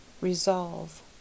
Resolve